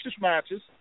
matches